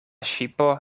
ŝipo